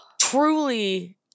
truly